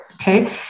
Okay